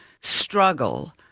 struggle